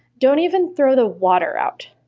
don't even throw the water out.